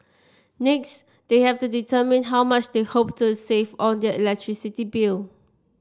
next they have to determine how much they hope to save on their electricity bill